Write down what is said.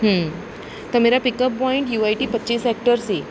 ਅਤੇ ਮੇਰਾ pickup point U I T ਪੱਚੀ ਸੈਕਟਰ ਸੀ